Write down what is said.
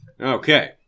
okay